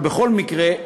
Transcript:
אבל בכל מקרה,